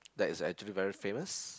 like it's actually very famous